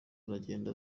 aragenda